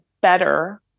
better